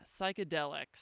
psychedelics